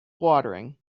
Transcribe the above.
watering